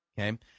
okay